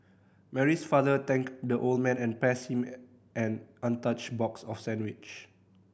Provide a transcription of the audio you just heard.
Mary's father thanked the old man and passed him an untouched box of sandwich